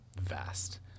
vast